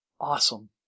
Awesome